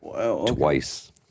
Twice